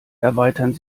erweiterten